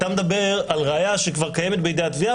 אתה מדבר על ראיה שכבר קיימת בידי התביעה